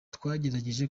twagerageje